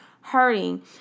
hurting